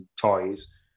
toys